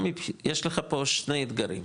יש לך פה שני אתגרים,